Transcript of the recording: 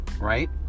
right